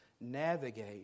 navigate